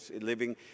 living